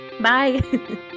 Bye